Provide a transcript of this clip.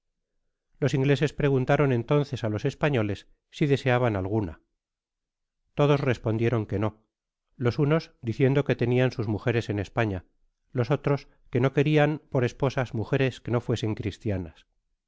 los ingleses preguntaron entonces á los españolas si deseaban algunas todos respondieron que no los unos diciendo que tenia sus mujeres en españa los otros que ao querian por esposas mujeres que no fuesen cristianas